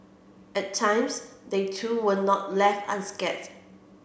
at times they too were not left unscathed